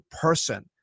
person